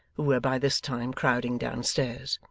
who were by this time crowding downstairs.